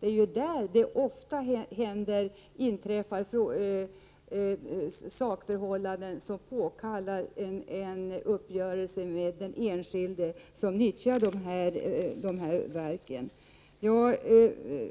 Det är ju där det ofta inträffar saker som påkallar en uppgörelse med den enskilde som nyttjar dessa verks tjänster. Jag